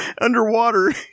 underwater